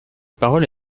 parole